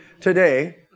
today